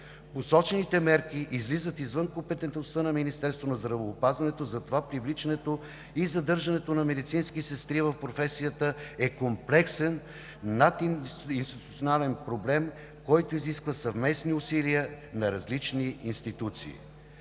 Посочените мерки излизат извън компетентността на Министерството на здравеопазването, а затова привличането и задържането на медицински сестри в професията е комплексен надинституционален проблем, който изисква съвместни усилия на различни институции.